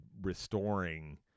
restoring